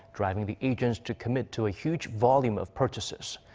driving the agents to commit to a huge volume of purchases.